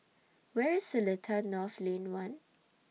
Where IS Seletar North Lane one